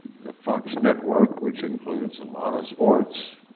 the fox network, which includes a lot of sports,